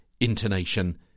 intonation